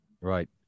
Right